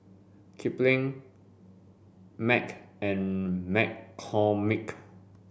Kipling Mac and McCormick